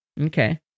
Okay